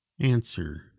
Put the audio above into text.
answer